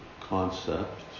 concept